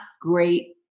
great